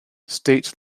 state